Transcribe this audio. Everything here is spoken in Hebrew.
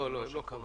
לא, הם לא קברו.